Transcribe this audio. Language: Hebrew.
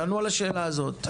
תענו על השאלה הזאת.